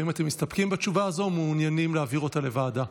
האם אתם מסתפקים בתשובה הזו או מעוניינים להעביר אותה לוועדה?